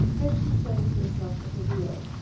as she settled herself at the wheel.